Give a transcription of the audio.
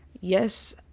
Yes